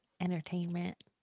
entertainment